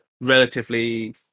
relatively